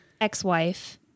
ex-wife